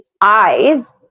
eyes